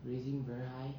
rising very high